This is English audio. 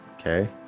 Okay